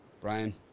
Brian